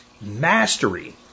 mastery